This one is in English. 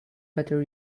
better